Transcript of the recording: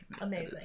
amazing